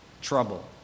trouble